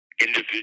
individual